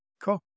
Cool